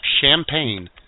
champagne